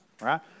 right